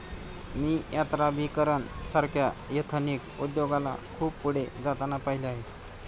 मी यात्राभिकरण सारख्या एथनिक उद्योगाला खूप पुढे जाताना पाहिले आहे